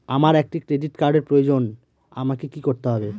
আমার একটি ক্রেডিট কার্ডের প্রয়োজন আমাকে কি করতে হবে?